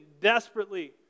desperately